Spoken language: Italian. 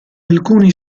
alcuni